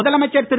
முதலமைச்சர் திரு